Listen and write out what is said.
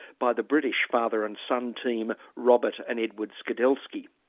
by the british father and son team, robert and edward skidelsky.